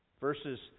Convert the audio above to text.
Verses